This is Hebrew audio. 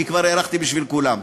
כי כבר הארכתי בשביל כולם.